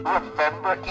Remember